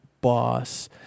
boss